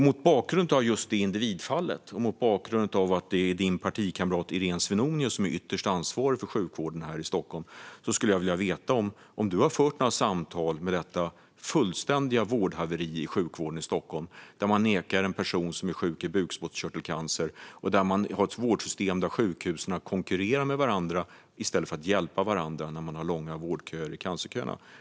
Mot bakgrund av detta individfall och att det är ledamotens partikamrat Irene Svenonius som är ytterst ansvarig för sjukvården här i Stockholm skulle jag vilja fråga Camilla Waltersson Grönvall: Har du fört några samtal om detta fullständiga haveri i sjukvården i Stockholm, där en person som är sjuk i bukspottkörtelcancer nekas vård och där man har ett vårdsystem där sjukhusen konkurrerar med varandra i stället för att hjälpa varandra när det är långa köer i cancervården?